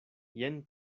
jen